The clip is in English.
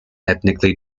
ethnically